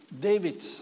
David